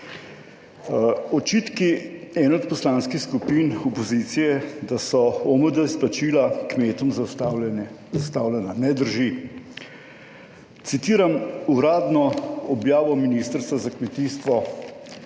Očitki ene od poslanskih skupin opozicije, da so OMD izplačila kmetom zaustavljena, ne drži. Citiram uradno objavo Ministrstva za kmetijstvo